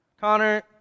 Connor